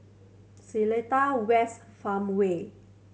Seletar West Farmway